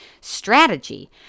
strategy